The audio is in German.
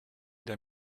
der